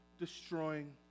destroying